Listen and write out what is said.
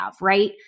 right